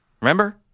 Remember